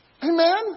Amen